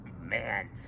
man